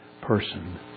person